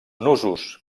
nusos